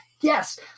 yes